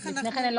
כן, לפני כן אין.